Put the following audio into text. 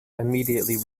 immediately